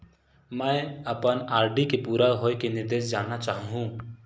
मैं अपन आर.डी के पूरा होये के निर्देश जानना चाहहु